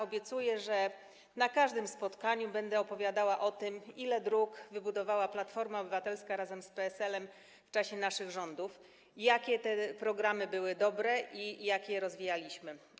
Obiecuję, że na każdym spotkaniu będę opowiadała o tym, ile dróg wybudowała Platforma Obywatelska razem z PSL-em w czasie naszych rządów, jakie te programy były dobre i jak je rozwijaliśmy.